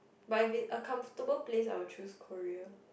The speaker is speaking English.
but if a comfortable place I would choose Korea